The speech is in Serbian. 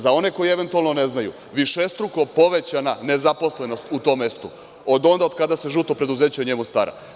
Za one koji eventualno ne znaju, višestruko povećana nezaposlenost u tom mestu od onda od kada se „žuto preduzeće“ o njemu stara.